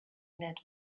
ned